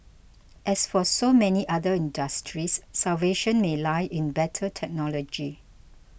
as for so many other industries salvation may lie in better technology